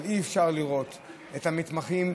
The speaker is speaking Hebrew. אבל אי-אפשר לראות את המתמחים,